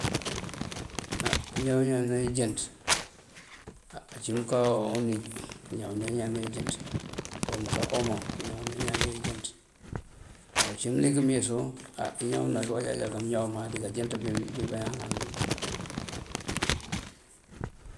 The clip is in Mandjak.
Á pëñaw iñan ejënţ: uncí mëënká uníj keñawëna iñan ejënţ, mëënká omo keñawëna iñan ejënţ. Má uncí mëlik mëëyësu á këëñawëna wël ŋalënk bá këëñaw wël oko díkáan jënţ bí bañaan ŋal bí.